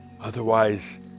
Otherwise